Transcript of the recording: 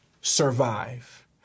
survive